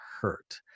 hurt